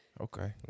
okay